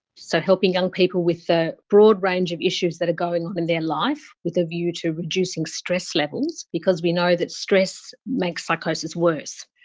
so, helping young people with the broad range of issues that are going on in their life with a view to reducing stress levels, because we know that stress makes psychosis worse.